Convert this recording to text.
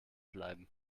bleiben